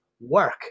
work